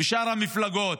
ושאר המפלגות.